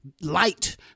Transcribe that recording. light